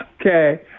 Okay